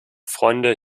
freunde